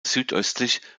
südöstlich